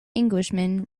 englishman